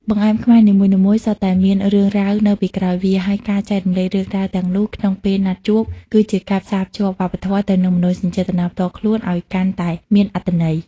បង្អែមខ្មែរនីមួយៗសុទ្ធតែមាន «រឿងរ៉ាវ» នៅពីក្រោយវា ហើយការចែករំលែករឿងរ៉ាវទាំងនោះក្នុងពេលណាត់ជួប គឺជាការផ្សារភ្ជាប់វប្បធម៌ទៅនឹងមនោសញ្ចេតនាផ្ទាល់ខ្លួនឱ្យកាន់តែមានអត្ថន័យ។